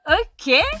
Okay